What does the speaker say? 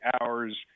hours